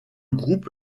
groupe